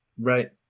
Right